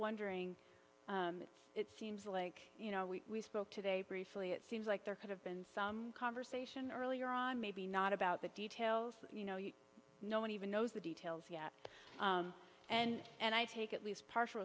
wondering it seems like you know we spoke today briefly it seems like there could have been some conversation earlier on maybe not about the details you know no one even knows the details yet and and i take at least partial